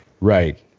Right